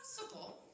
possible